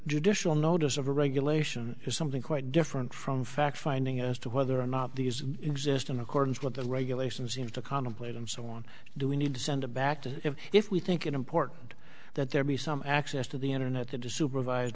judicial notice of a regulation is something quite different from fact finding as to whether or not these exist in accordance with the regulations seem to contemplate and so on do we need to send a back to if we think it important that there be some access to the internet to